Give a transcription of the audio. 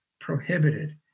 prohibited